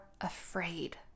afraid